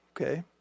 Okay